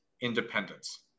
independence